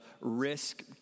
risk